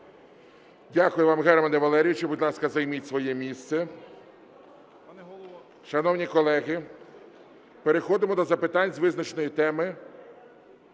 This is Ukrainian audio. Дякую вам, Германе Валерійовичу. Будь ласка, займіть своє місце. Шановні колеги, переходимо до запитань з визначеної теми.